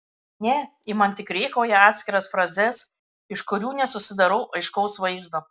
ne ji man tik rėkauja atskiras frazes iš kurių nesusidarau aiškaus vaizdo